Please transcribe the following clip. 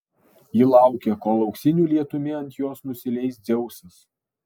ji laukia kol auksiniu lietumi ant jos nusileis dzeusas